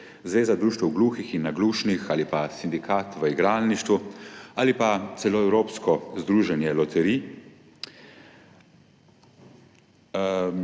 Zveza društev gluhih in naglušnih Slovenije, ali pa sindikat v igralništvu, ali pa celo evropsko združenje loterij,